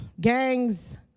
gangs